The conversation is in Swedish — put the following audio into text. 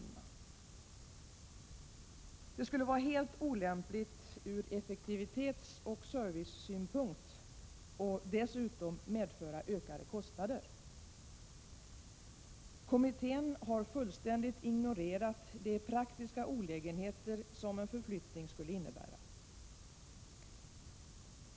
—- Ett genomförande av förslaget skulle vara helt olämpligt ur effektivitetsoch servicesynpunkt och dessutom medföra ökade kostnader. - Kommittén har fullständigt ignorerat de praktiska olägenheter som en flyttning skulle innebära.